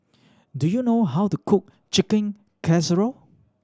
do you know how to cook Chicken Casserole